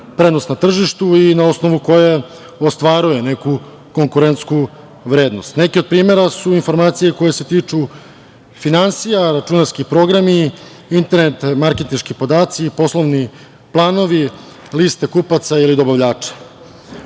prednost na tržištu i na osnovu koje ostvaruje neku konkurentsku vrednost. Neke od primera su informacije koje se tiču finansija, računarski programi, internet marketinški podaci, poslovni planovi, liste kupaca ili dobavljača. Na